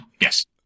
yes